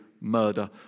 murder